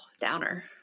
Downer